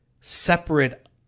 separate